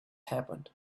happened